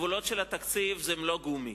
גבולות התקציב אינם גומי.